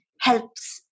helps